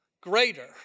greater